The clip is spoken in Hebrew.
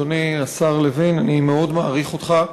אדוני השר לוין, אני מאוד מעריך אותך,